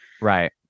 right